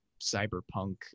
cyberpunk